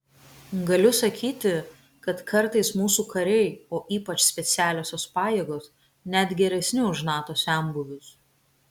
galiu sakyti kad kartais mūsų kariai o ypač specialiosios pajėgos net geresni už nato senbuvius